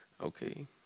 okay